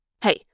Hey